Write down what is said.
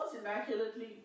immaculately